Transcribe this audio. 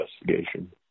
investigation